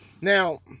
Now